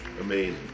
Amazing